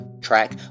track